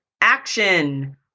action